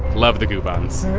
love the coupons